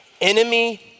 Enemy